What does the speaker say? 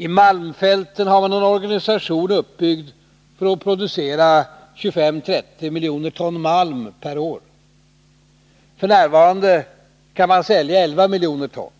I malmfälten har man en organisation uppbyggd för att producera 25-30 miljoner ton malm per år. F. n. kan man sälja 11 miljoner ton,